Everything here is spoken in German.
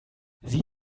sieh